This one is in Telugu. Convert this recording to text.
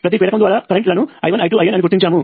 ప్రతి ప్రేరకం ద్వారా కరెంట్ లను I1I2IN అని గుర్తించాము